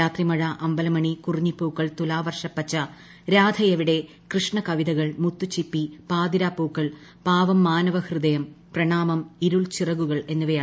രാത്രിമഴ അമ്പലമണി കുറിഞ്ഞിപ്പൂക്കൾ തുലാവർഷപ്പച്ച രാധയെവിടെ കൃഷ്ണകവിതകൾ മുത്തുച്ചിപ്പി പാതിരാപ്പൂക്കൾ പാവം മാനവഹൃദയം പ്രണാമം ഇരുൾ ചിറകുകൾ എന്നിവയാണ് പ്രധാന കൃതികൾ